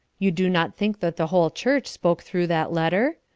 you do not think that the whole church spoke through that letter?